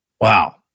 Wow